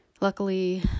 Luckily